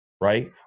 Right